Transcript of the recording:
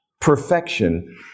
Perfection